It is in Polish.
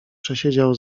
przesiedział